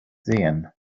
sehen